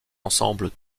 ensemble